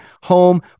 home